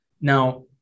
now